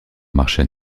marcher